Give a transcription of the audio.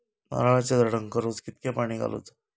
नारळाचा झाडांना रोज कितक्या पाणी घालुचा?